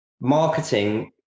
marketing